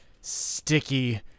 sticky